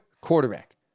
quarterback